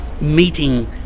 meeting